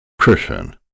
Christian